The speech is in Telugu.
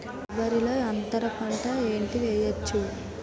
కొబ్బరి లో అంతరపంట ఏంటి వెయ్యొచ్చు?